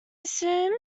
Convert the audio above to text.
assume